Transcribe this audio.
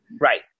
right